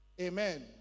Amen